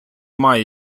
має